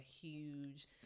huge